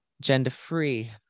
gender-free